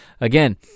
Again